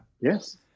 yes